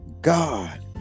God